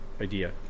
idea